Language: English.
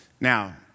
Now